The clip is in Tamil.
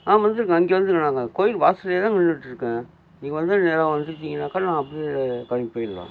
வந்துருங்கள் இங்கே வந்துருங்க நான் இங்க கோயில் வாசல்லயே தாங்க நின்றுட்ருக்கேன் நீங்கள் வந்தால் நேரா வந்துட்டீங்கனாக்கா நான் அப்படியே கிளம்பி போயிடலாம்